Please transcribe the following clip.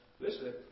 Listen